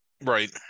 Right